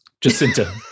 Jacinta